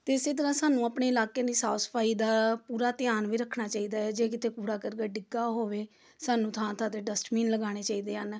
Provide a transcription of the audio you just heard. ਅਤੇ ਇਸੇ ਤਰ੍ਹਾਂ ਸਾਨੂੰ ਆਪਣੇ ਇਲਾਕਿਆਂ ਦੀ ਸਾਫ਼ ਸਫ਼ਾਈ ਦਾ ਪੂਰਾ ਧਿਆਨ ਵੀ ਰੱਖਣਾ ਚਾਹੀਦਾ ਹੈ ਜੇ ਕਿਤੇ ਕੂੜਾ ਕਰਕਟ ਡਿੱਗਾ ਹੋਵੇ ਸਾਨੂੰ ਥਾਂ ਥਾਂ 'ਤੇ ਡਸਟਬੀਨ ਲਗਾਉਣੇ ਚਾਹੀਦੇ ਹਨ